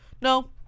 No